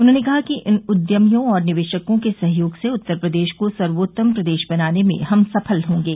उन्होंने कहा कि इन उद्यमियों और निवेशकों के सहयोग से उत्तर प्रदेश को सर्वोत्तम प्रदेश बनाने में हम सफल होंगे